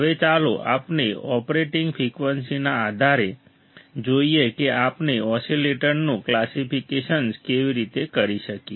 હવે ચાલો આપણે ઓપરેટિંગ ફ્રીક્વન્સીના આધારે જોઈએ કે આપણે ઓસીલેટર્સનું ક્લાસિફિકેશન્સ કેવી રીતે કરી શકીએ